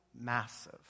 massive